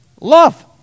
love